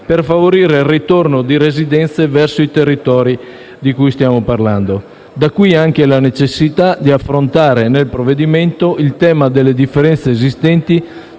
per favorire il ritorno di residenza verso i territori di cui stiamo parlando. Da qui anche la necessità di affrontare nel provvedimento il tema delle differenze esistenti